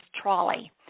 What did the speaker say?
trolley